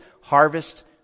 harvest